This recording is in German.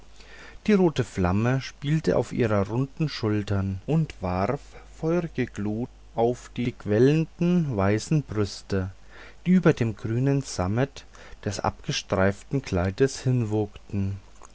die rote flamme spielte auf ihren runden schultern und warf feurige glut auf die quellenden weißen brüste die über dem grünen sammet des abgestreiften kleides